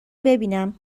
ببینم